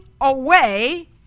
away